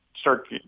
start